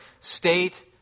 state